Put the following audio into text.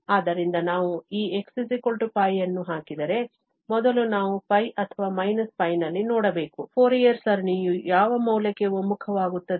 ಆದ್ದರಿಂದ ನಾವು ಈ x π ಅನ್ನು ಹಾಕಿದರೆ ಮೊದಲು ನಾವು π ಅಥವಾ − π ನಲ್ಲಿ ನೋಡಬೇಕು ಫೋರಿಯರ್ ಸರಣಿಯು ಯಾವ ಮೌಲ್ಯಕ್ಕೆ ಒಮ್ಮುಖವಾಗುತ್ತದೆ